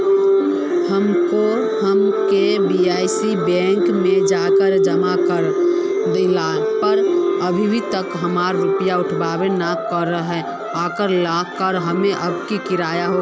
हम KYC bank में जाके जमा कर देलिए पर अभी तक हमर रुपया उठबे न करे है ओकरा ला हम अब की करिए?